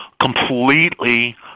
completely